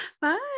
bye